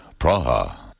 Praha. (